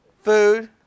food